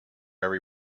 every